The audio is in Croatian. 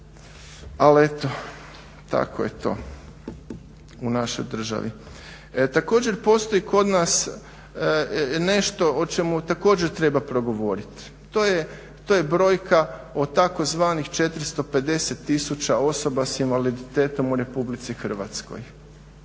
ali eto, tako je to u našoj državi. Također postoji kod nas nešto o čemu također treba progovoriti. To je brojka od tzv. 450000 osoba sa invaliditetom u Republici Hrvatskoj,